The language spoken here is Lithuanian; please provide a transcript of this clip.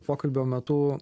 pokalbio metu